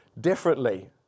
differently